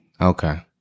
Okay